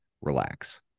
relax